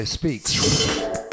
speaks